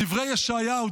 בדברי ישעיהו,